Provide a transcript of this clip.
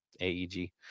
AEG